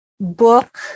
book